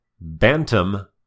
Bantam